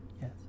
Yes